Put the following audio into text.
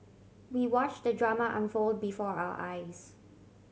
we watch the drama unfold before our eyes